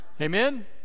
amen